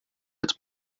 het